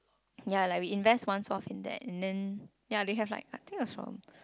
ya like we invest one source in that and then ya they have like I think it was from